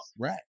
Right